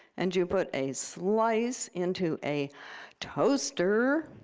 and you put a slice into a toaster,